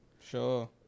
Sure